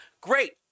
great